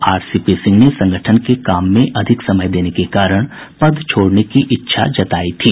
RCP Singh ने संगठन के काम में अधिक समय देने के कारण पद छोड़ने की इच्छा जताई थी